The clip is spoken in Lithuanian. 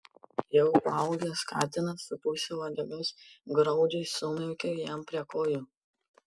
jau paaugęs katinas su puse uodegos graudžiai sumiaukė jam prie kojų